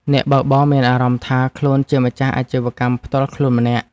អ្នកបើកបរមានអារម្មណ៍ថាខ្លួនជាម្ចាស់អាជីវកម្មផ្ទាល់ខ្លួនម្នាក់។